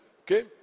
okay